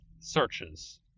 searches